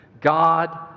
God